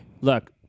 look